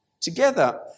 together